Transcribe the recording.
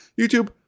YouTube